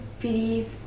believe